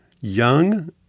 young